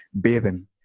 bathing